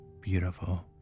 beautiful